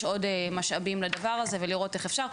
באמת עוד משאבים לדבר הזה ולראות איך אפשר.